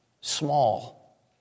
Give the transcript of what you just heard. small